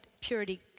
purity